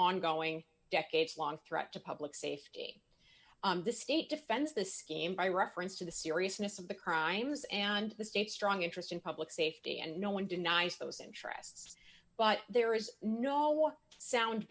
ongoing decades long threat to public safety the state defense the scheme by reference to the seriousness of the crimes and the state's strong interest in public safety and no one denies those interests but there is no sound